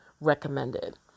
recommended